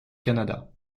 canada